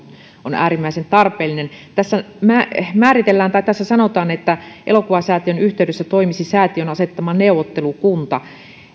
äärimmäisen tarpeellinen tässä sanotaan että elokuvasäätiön yhteydessä toimisi säätiön asettama neuvottelukunta